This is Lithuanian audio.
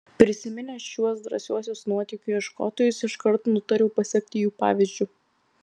prisiminęs šiuos drąsiuosius nuotykių ieškotojus iškart nutariau pasekti jų pavyzdžiu